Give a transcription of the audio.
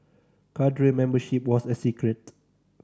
cadre membership was a secret